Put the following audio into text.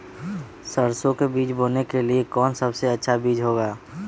सरसो के बीज बोने के लिए कौन सबसे अच्छा बीज होगा?